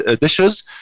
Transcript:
dishes